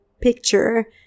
picture